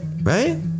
right